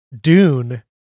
Dune